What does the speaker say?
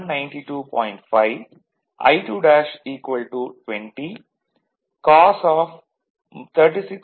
5 I2' 20 cos angle 36